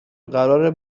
قراره